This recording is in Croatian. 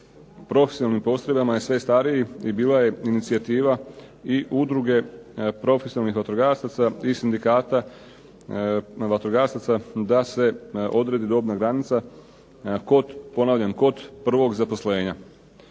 profesionalnim postrojbama je sve stariji i bila je inicijativa i udruge profesionalnih vatrogasaca i sindikata vatrogasaca da se odredi dobna granica kod prvog zaposlenja.